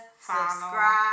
subscribe